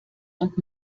und